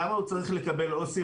כמה הוא צריך לקבל עובדים סוציאליים.